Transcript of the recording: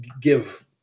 give